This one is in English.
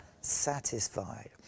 satisfied